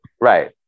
Right